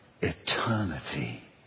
Eternity